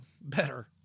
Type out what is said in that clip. Better